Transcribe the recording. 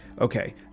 okay